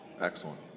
Excellent